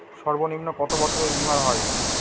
সর্বনিম্ন কত বছরের বীমার হয়?